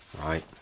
right